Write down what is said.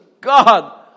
God